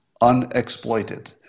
unexploited